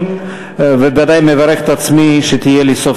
פנינה תמנו-שטה,